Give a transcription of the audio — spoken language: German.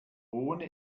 ohne